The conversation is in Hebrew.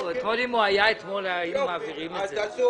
אם הוא היה אתמול, היינו מעבירים את הפנייה.